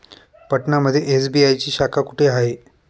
पटना मध्ये एस.बी.आय ची शाखा कुठे आहे?